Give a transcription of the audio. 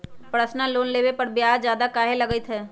Personal loan लेबे पर ब्याज ज्यादा काहे लागईत है?